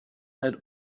had